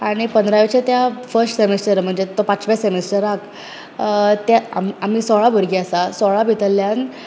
आनी पंद्रावेच्या त्या फर्स्ट सेमिस्टर म्हणजे त्या पांचव्या सेमिस्टराक त्या आम आमी सोळा भुरगें आसा सोळा भितल्ल्यान